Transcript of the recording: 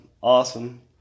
Awesome